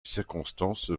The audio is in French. circonstances